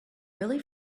really